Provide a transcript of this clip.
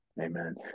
amen